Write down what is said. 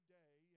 day